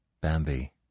Bambi